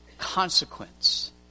consequence